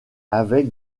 avec